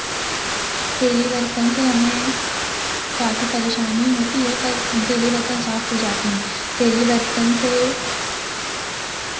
तेलीय बर्तन से हमें काफ़ी परेशानी होती है पर तेलीय बर्तन साफ़ हो जाते हैं तेलीय बर्तन से